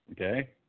Okay